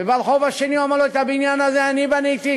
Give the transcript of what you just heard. וברחוב השני הוא אמר לו: את הבניין הזה אני בניתי.